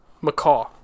macaw